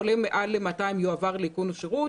חולה מעל ל-200 יועבר לאיכון השירות,